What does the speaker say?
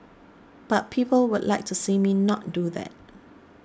but people would like to see me not do that